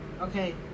okay